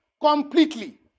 completely